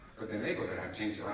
but the neighborhood have changed